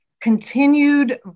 continued